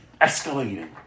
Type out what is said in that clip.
escalating